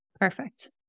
Perfect